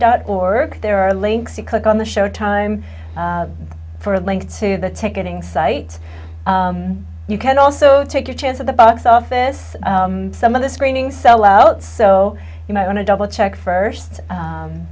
dot org there are links to click on the show time for a link to the ticket in sight you can also take your chance at the box office some of the screening sellouts so you might want to double check first